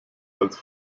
als